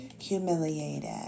humiliated